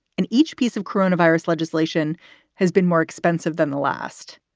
and each piece of coronavirus legislation has been more expensive than the last.